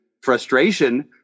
frustration